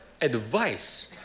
advice